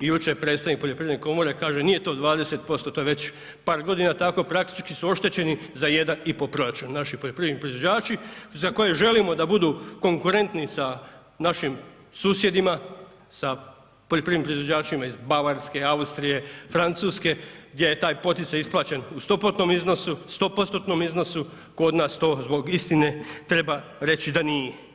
i jučer predstavnik poljoprivredne komore kaže nije to 20%, to je već par godina tako, praktički su oštećeni za jedan i po proračun naši poljoprivredni proizvođači za koje želimo da budu konkurentni sa našim susjedima, sa poljoprivrednim proizvođačima iz Bavarske, Austrije, Francuske, gdje je taj poticaj isplaćen u 100%-tnom iznosu, 100%-tnom iznosu, kod nas to zbog istine treba reći da nije.